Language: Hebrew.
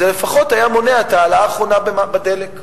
זה לפחות היה מונע את ההעלאה האחרונה בדלק.